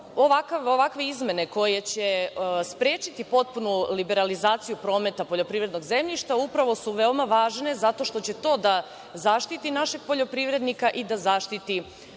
izmene koje će sprečiti potpunu liberalizaciju prometa poljoprivrednog zemljišta, upravo su veoma važne, zato što će to da zaštiti našeg poljoprivrednika i da zaštiti